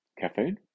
caffeine